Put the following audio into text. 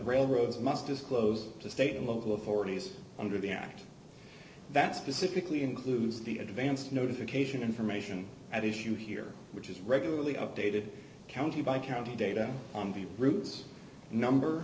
railroads must disclose to state and local authorities under the act that specifically includes the advanced notification information at issue here which is regularly updated county by county data on the routes number